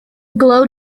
glow